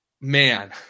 man